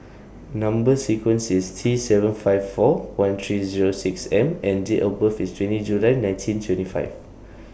Number sequence IS T seven five four one three Zero six M and Date of birth IS twenty July nineteen twenty five